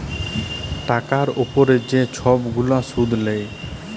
টাকার উপরে যে ছব গুলা সুদ লেয়